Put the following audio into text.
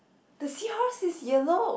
the seahorse is yellow